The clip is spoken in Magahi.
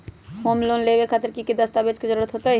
होम लोन लेबे खातिर की की दस्तावेज के जरूरत होतई?